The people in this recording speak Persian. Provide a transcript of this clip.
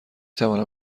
توانم